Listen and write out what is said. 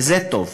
וזה טוב,